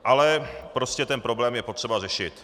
Ale prostě ten problém je potřeba řešit.